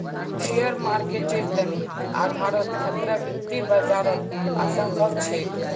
share मार्केटेर तने आधारोत खतरा वित्तीय बाजारत असम्भव छेक